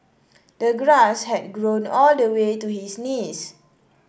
the grass had grown all the way to his knees